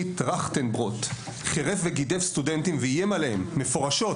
טרכטנברוט חירף וגידף סטודנטים ואיים עליהם מפורשות,